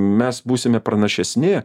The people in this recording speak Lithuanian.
mes būsime pranašesni